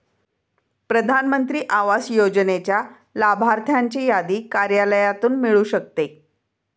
प्रधान मंत्री आवास योजनेच्या लाभार्थ्यांची यादी कार्यालयातून मिळू शकते